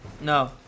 No